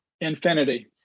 Infinity